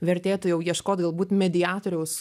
vertėtų jau ieškot galbūt mediatoriaus